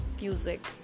music